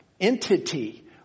entity